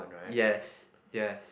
yes yes